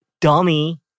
dummy